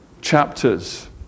chapters